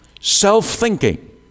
self-thinking